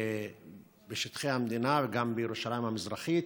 בשטחי המדינה, גם בירושלים המזרחית.